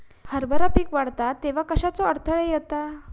हरभरा पीक वाढता तेव्हा कश्याचो अडथलो येता?